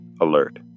alert